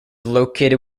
located